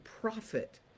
profit